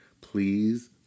please